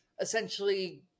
essentially